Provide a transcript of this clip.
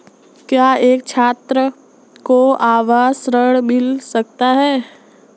क्या एक छात्र को आवास ऋण मिल सकता है?